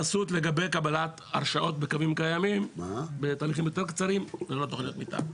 לגבי קבלת הרשאות בקווים קיימים בתהליכים יותר קצרים ללא תוכניות מתאר.